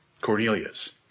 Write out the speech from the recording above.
Cornelius